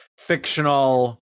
fictional